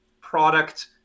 product